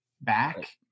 back